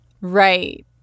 right